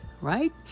right